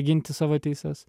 ginti savo teises